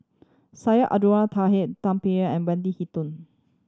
Syed Abdulrahman Taha Tay Bin An and Wendy Hutton